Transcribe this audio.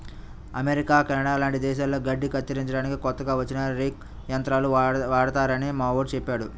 America, Canada లాంటి దేశాల్లో గడ్డి కత్తిరించడానికి కొత్తగా వచ్చిన రేక్ యంత్రాలు వాడతారని మావోడు చెప్పాడు